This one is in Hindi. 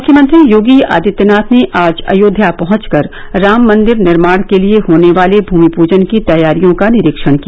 मुख्यमंत्री योगी आदित्यनाथ ने आज अयोध्या पहंचकर राम मंदिर निर्माण के लिए होने वाले भूमि प्जन की तैयारियों का निरीक्षण किया